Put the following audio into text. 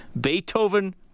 Beethoven